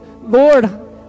Lord